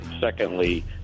Secondly